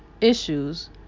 issues